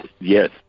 Yes